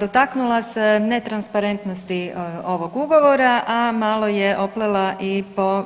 Dotakla se netransparentnosti ovog ugovora, a malo je i oplela po